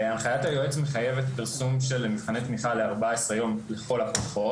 הנחיית היועץ מחייבת פרסום של מבחני תמיכה ל-14 יום לכל הפחות.